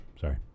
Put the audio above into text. sorry